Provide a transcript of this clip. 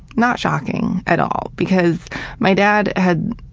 not shocking, at all because my dad had,